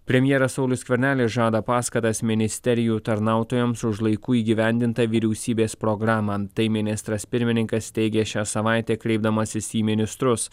premjeras saulius skvernelis žada paskatas ministerijų tarnautojams už laiku įgyvendintą vyriausybės programą tai ministras pirmininkas teigė šią savaitę kreipdamasis į ministrus